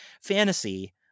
fantasy